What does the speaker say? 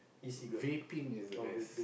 vaping is the best